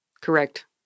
Correct